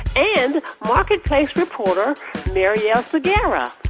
and marketplace reporter marielle segarra.